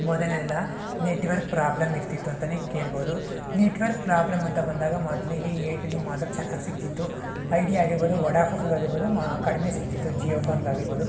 ಮೊದಲೆಲ್ಲ network problem ಇರ್ತಿತ್ತು ಅಂತಾನೆ ಕೇಳ್ಬೋದು ನೆಟ್ವರ್ಕ್ ಪ್ರಾಬ್ಲಮ್ ಅಂತ ಬಂದಾಗ ಮೊದಲಿಗೆ ಏರ್ಟೆಲ್ಲಿಗೆ ಮಾತ್ರ ಚೆನ್ನಾಗಿ ಸಿಗ್ತಿತ್ತು ಐಡಿಯಾ ಆಗಿರ್ಬೋದು ವಡಾಫೋನ್ಗಾಗಿರ್ಬೋದು ಕಡಿಮೆ ಸಿಕ್ತಿತ್ತು ಜಿಯೋ ಫೋನ್ಗಾಗಿರ್ಬೋದು